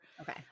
okay